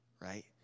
Right